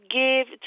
give